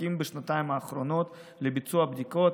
ספקים בשנתיים האחרונות לביצוע בדיקות: